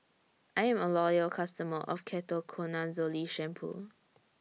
I'm A Loyal customer of Ketoconazole Shampoo